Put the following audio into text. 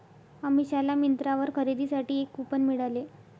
अमिषाला मिंत्रावर खरेदीसाठी एक कूपन मिळाले